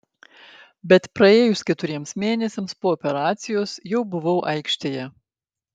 bet praėjus keturiems mėnesiams po operacijos jau buvau aikštėje